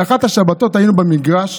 באחת השבתות היינו במגרש,